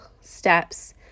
steps